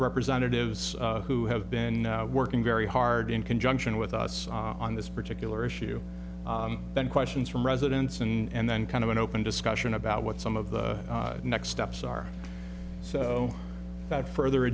representatives who have been working very hard in conjunction with us on this particular issue then questions from residents and then kind of an open discussion about what some of the next steps are so that further